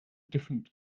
different